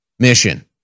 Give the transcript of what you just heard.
Mission